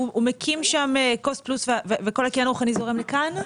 הוא מקים שם קוסט פלוס וכל הקניין הרוחני זורם לכאן?